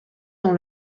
dans